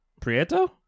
Prieto